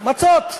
מצות.